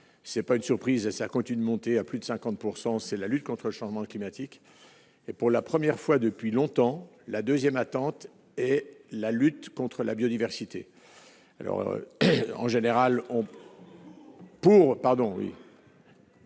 c'est pas une surprise et ça continue de monter à plus de 50 pourcent c'est la lutte contre le changement climatique et pour la première fois depuis longtemps la 2ème attente et la lutte contre la biodiversité, alors en général on pour pardon oui.